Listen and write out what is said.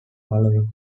following